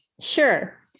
Sure